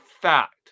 fact